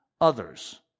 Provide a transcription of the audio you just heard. others